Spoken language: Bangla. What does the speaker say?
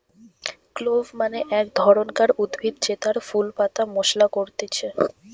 ক্লোভ মানে এক ধরণকার উদ্ভিদ জেতার ফুল পাতা মশলা করতিছে